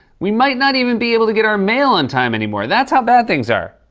we might not even be able to get our mail in time anymore. that's how bad things are.